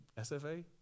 SFA